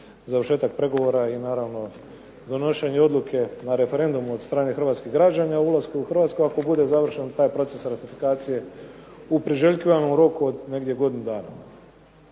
završetak pregovora i naravno donošenje odluke na referendumu od strane hrvatskih građana o ulasku Hrvatske ako bude završen taj proces ratifikacije u priželjkivanom roku od negdje godinu dana.